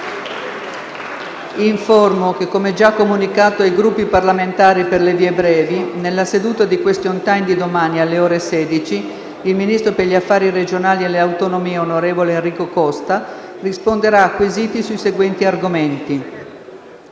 Informo che, come già comunicato ai Gruppi parlamentari per le vie brevi, nella seduta di *question time* di domani, alle ore 16, il ministro per gli affari regionali e le autonomie, onorevole Enrico Costa, risponderà a quesiti sui seguenti argomenti: